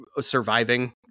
surviving